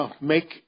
Make